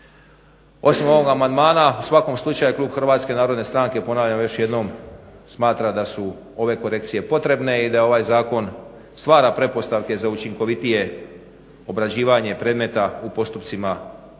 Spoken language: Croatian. Osim ovog amandmana u svakom slučaju klub HNS, ponavljam još jednom, smatra da su ove korekcije potrebne i da ovaj zakon stvara pretpostavke za učinkovitije obrađivanje predmeta u postupcima,